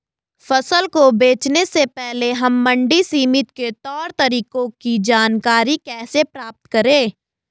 फसल को बेचने से पहले हम मंडी समिति के तौर तरीकों की जानकारी कैसे प्राप्त करें?